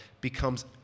becomes